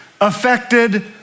affected